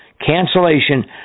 cancellation